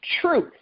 truth